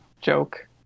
joke